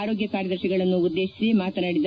ಆರೋಗ್ಯ ಕಾರ್ಯದರ್ಶಿಗಳನ್ನು ಉದ್ದೇಶಿಸಿ ಮಾತನಾಡಿದ